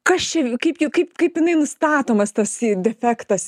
kas čia kaip ją kaip kaip jinai nustatomas tas defektas